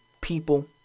people